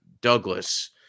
Douglas